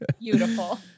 beautiful